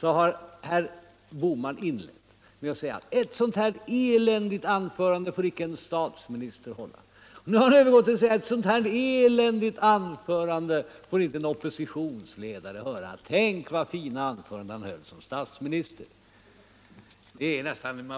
har herr Bohman inlett sin replik med att säga: Eut sådant här eländigt anförande får en statsminister icke hälla. Nu har herr Bohman övergått till att säga: Ett sådant här eländigt anförande får en oppositionsledare inte hålla. Tänk så fina anföranden herr Palme höll som statsminister! Man börjar nästan hissna.